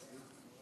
לכך.